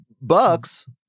Bucks